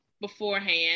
beforehand